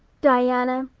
diana,